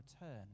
return